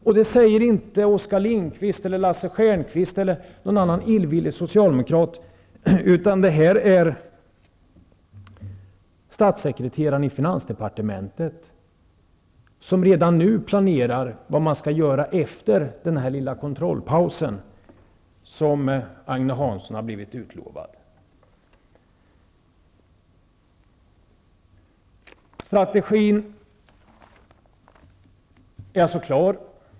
Detta säger inte Oskar Lindkvist, Lars Stjernkvist eller någon annan illvillig socialdemokrat, utan det är statssekreteraren i finansdepartementet som redan nu planerar vad man skall göra efter den lilla kontrollpaus som Agne Hansson blivid utlovad. Strategin är alltså klar.